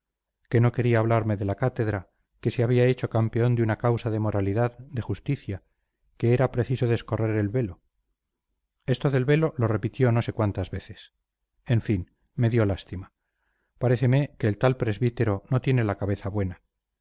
que no quería hablarme de la cátedra que se había hecho campeón de una causa de moralidad de justicia que era preciso descorrer el velo esto del velo lo repitió no sé cuántas veces en fin me dio lástima paréceme que el tal presbítero no tiene la cabeza buena